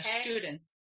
students